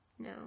No